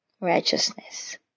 Righteousness